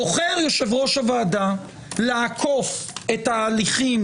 בוחר יושב-ראש הוועדה לעקוף את ההליכים